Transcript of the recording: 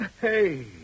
Hey